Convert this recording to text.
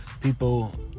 people